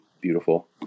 beautiful